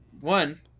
one